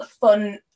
fun